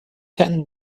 ten